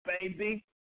baby